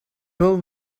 pull